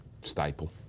staple